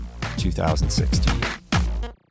2016